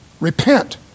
repent